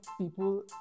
people